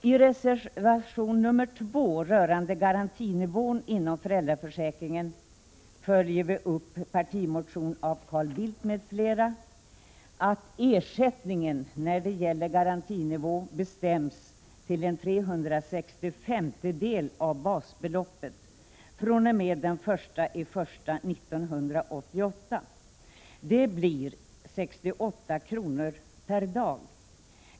I reservation nr 2 rörande garantinivån inom föräldraförsäkringen följer vi upp en partimotion av Carl Bildt m.fl., där det föreslås att garantinivån bestäms till en trehundrasextiofemtedel av basbeloppet fr.o.m. den 1 januari 1988. Det blir 68 kr. per dag.